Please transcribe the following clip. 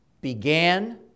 began